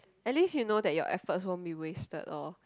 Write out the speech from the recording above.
at least you know that your efforts won't be wasted loh